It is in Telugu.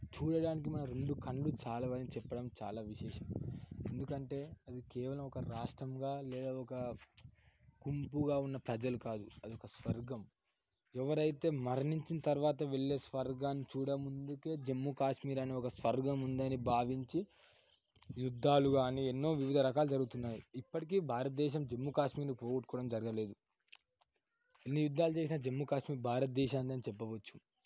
చూడడానికి మన రెండు కళ్ళు చాలవని చెప్పడం చాలా విశేషం ఎందుకంటే అది కేవలం ఒక రాష్ట్రంగా లేదా ఒక గుంపుగా ఉన్న ప్రజలు కాదు అది ఒక స్వర్గం ఎవరైతే మరణించిన తర్వాత వెళ్లే స్వర్గాన్ని చూడముందుకే జమ్మూ కాశ్మీర్ అని ఒక స్వర్గం ఉందని భావించి యుద్ధాలు కాని ఎన్నో వివిధ రకాలు జరుగుతున్నాయి ఇప్పటికి భారతదేశం జమ్మూ కాశ్మీర్ని పోగొట్టుకోవడం జరగలేదు జమ్మూ కాశ్మీర్ ఎన్ని యుద్ధాలు చేసినా జమ్మూ కాశ్మీర్ భారతదేశానిది అని చెప్పవచ్చు